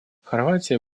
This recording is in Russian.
хорватия